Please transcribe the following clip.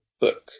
book